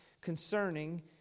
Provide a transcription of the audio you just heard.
concerning